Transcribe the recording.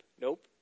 nope